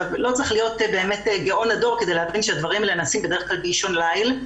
לא צריכים להיות גאון הדור כדי להבין שהדברים האלה נעשים באישון ליל,